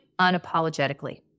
unapologetically